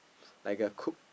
like a cook